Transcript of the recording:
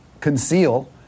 conceal